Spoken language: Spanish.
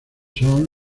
son